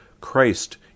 Christ